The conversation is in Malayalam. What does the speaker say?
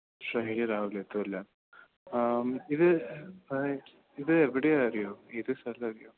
ശനിയാഴ്ച രാവിലെ എത്തും അല്ലേ ഇത് ഇത് എവിടെയാ അറിയോ ഏത് സ്ഥലം അറിയുമോ